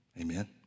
amen